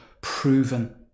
proven